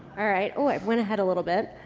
all right. oh, i went ahead a little bit.